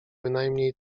bynajmniej